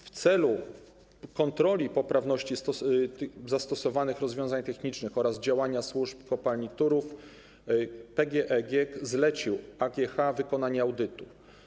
W celu kontroli poprawności zastosowanych rozwiązań technicznych oraz działania służb w kopalni Turów PGE GiEK zlecił AGH wykonanie audytu.